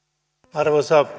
arvoisa